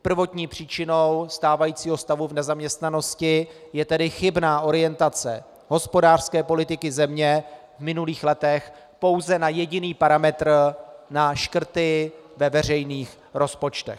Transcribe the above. Prvotní příčinou stávajícího stavu v nezaměstnanosti je tedy chybná orientace hospodářské politiky země v minulých letech pouze na jediný parametr na škrty ve veřejných rozpočtech.